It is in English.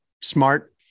smart